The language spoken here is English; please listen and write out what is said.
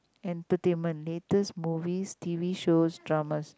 entertainment latest movies T_V shows dramas